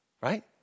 right